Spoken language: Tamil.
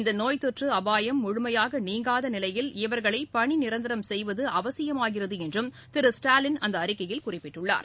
இந்த நோய் தொற்று அபாயம் முழுமையாக நீங்காத நிலையில் இவர்களை பணி நிரந்தரம் செய்வது அவசியமாகிறது என்று திரு ஸ்டாலின் அந்த அறிக்கையில் குறிப்பிட்டுள்ளார்